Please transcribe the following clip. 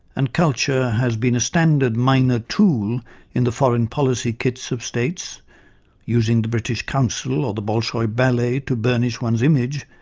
and culture has been a standard minor tool in the foreign policy kits of states using the british council or the bolshoi ballet to burnish one's image,